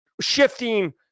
shifting